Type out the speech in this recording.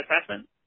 assessment